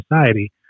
society